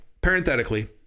parenthetically